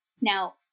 Now